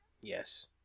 Yes